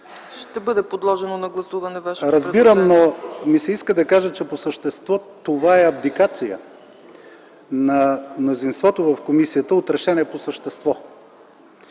ще бъде подложено на гласуване. АНГЕЛ НАЙДЕНОВ: Разбирам, но ми се иска да кажа, че по същество това е абдикация на мнозинството в комисията от решение по същество.